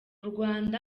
rwanda